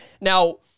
Now